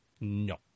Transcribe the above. No